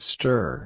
Stir